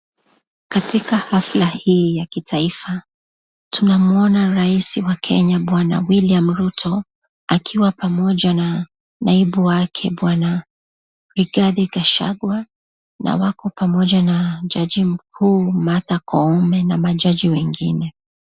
Katika hafla fulani katika inchi ya Kenya